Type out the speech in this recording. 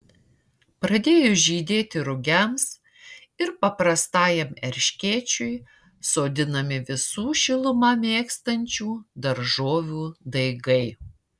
pradėjus žydėti rugiams ir paprastajam erškėčiui sodinami visų šilumą mėgstančių daržovių daigai